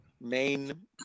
main